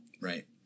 Right